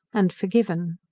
and forgiven.